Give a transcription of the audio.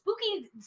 Spooky